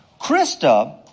Krista